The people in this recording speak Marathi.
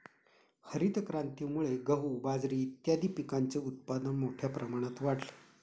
हरितक्रांतीमुळे गहू, बाजरी इत्यादीं पिकांचे उत्पादन मोठ्या प्रमाणात वाढले